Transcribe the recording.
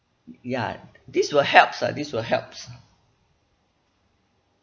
ya this will helps lah this will helps